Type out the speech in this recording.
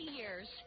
years